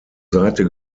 seite